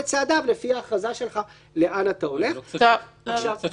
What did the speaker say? יראו את חבר הכנסת כמשתייך לסיעה שבה רוב